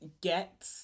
get